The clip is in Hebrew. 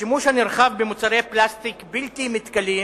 השימוש הנרחב במוצרי פלסטיק בלתי מתכלים,